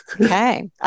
okay